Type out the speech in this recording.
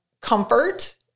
comfort